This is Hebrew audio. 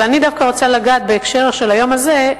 אבל אני דווקא רוצה לגעת, בהקשר של היום הזה,